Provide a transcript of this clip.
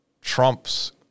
Trump's